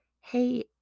hey